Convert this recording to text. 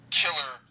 killer